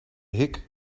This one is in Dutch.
hik